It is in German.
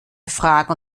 fragen